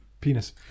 Penis